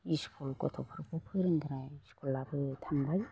school गथ'फोरखौ फोरोंग्रा स्कुलआबो थांबाय